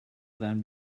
than